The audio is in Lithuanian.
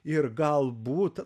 ir galbūt